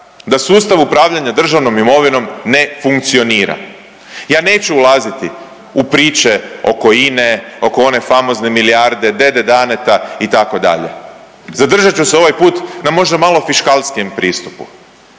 da sustav upravljanja državnom imovinom ne funkcionira. Ja neću ulaziti u priče oko INA-e, oko one famozne milijarde, dede Daneta itd., zadržat ću se ovaj put na možda malo fiškalskijem pristupu,